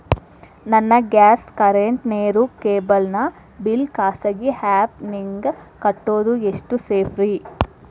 ನನ್ನ gas current, ನೇರು, cable ನ ಬಿಲ್ ಖಾಸಗಿ ಆ್ಯಪ್ ನ್ಯಾಗ್ ಕಟ್ಟೋದು ಎಷ್ಟು ಸೇಫ್ರಿ?